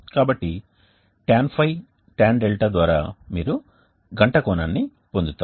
కాబట్టి tan ϕ tan 𝛿 ద్వారా మీరు గంట కోణాన్ని పొందుతారు